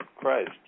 Christ